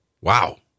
Wow